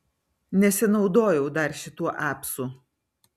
nesinaudojau dar šituo apsu